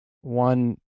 One